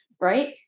right